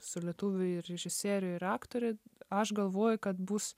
su lietuvių režisierių ir aktorė aš galvoju kad bus